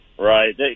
Right